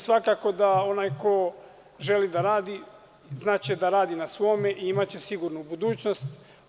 Svakako da onaj ko želi da radi znaće da radi na svome i imaće sigurnu budućnost.